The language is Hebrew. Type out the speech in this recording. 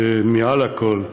ומעל הכול,